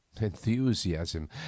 Enthusiasm